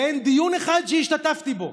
ואין דיון אחד שהשתתפתי בו